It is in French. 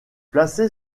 placée